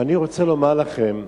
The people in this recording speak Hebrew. ואני רוצה לומר לכם,